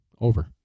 Over